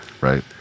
right